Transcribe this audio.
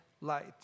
light